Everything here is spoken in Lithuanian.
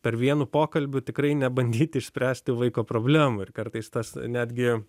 per vienu pokalbiu tikrai nebandyti išspręsti vaiko problemų ir kartais tas netgi